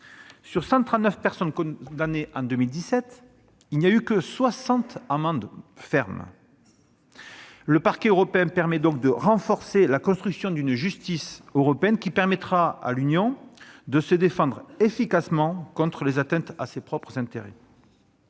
Sur 139 personnes morales condamnées en 2017, il n'y a eu que 60 amendes fermes. Le Parquet européen permet donc de renforcer la construction d'une justice européenne qui permettra à l'Union de se défendre efficacement contre les atteintes à ses propres intérêts.